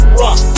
rock